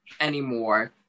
anymore